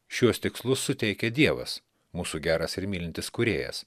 šiuos tikslus suteikia dievas mūsų geras ir mylintis kūrėjas